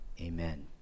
amen